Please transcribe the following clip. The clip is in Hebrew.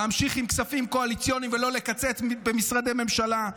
להמשיך עם כספים קואליציוניים ולא לקצץ במשרדי ממשלה,